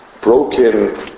broken